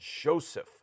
Joseph